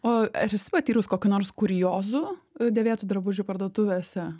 o ar esi patyrus kokių nors kuriozų dėvėtų drabužių parduotuvėse